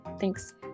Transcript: Thanks